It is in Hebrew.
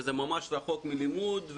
שזה ממש רחוק מלימוד.